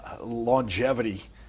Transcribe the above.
longevity